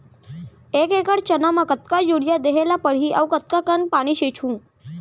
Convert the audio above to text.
एक एकड़ चना म कतका यूरिया देहे ल परहि अऊ कतका कन पानी छींचहुं?